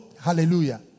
hallelujah